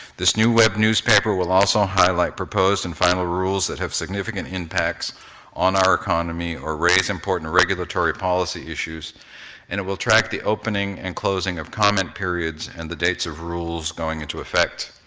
this new web newspaper will also highlight proposed and final rules that have significant impacts on our economy or raise important regulatory policy issues and it will track the opening and closing of comment periods and the dates of rules going into effect.